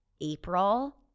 April